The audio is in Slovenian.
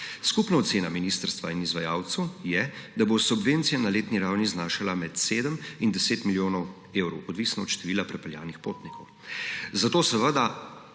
Skupna ocena ministrstva in izvajalcev je, da bo subvencija na letni ravni znašala med 7 in 10 milijonov evrov, odvisno od števila prepeljanih potnikov. Zato seveda